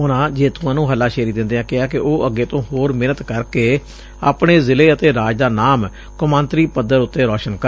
ਉਨੂਾਂ ਜੇਤਆਂ ਨੂੰ ਹੱਲਾਸ਼ੇਰੀ ਦਿਂਦਿਆਂ ਕਿਹਾ ਕਿ ਉਹ ਅੱਗੇ ਤੋਂ ਹੋਰ ਮਿਹਨਤ ਕਰ ਕੇ ਆਪਣੇ ਜ਼ਿਲੇ ਅਤੇ ਰਾਜ ਦਾ ਨਾਮ ਕੌਮਾਂਤਰੀ ਪੱਧਰ ਉਤੇ ਰੋਸ਼ਨ ਕਰਨ